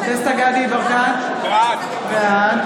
אינו נוכח דסטה גדי יברקן, בעד מאיר